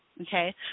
okay